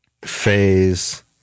phase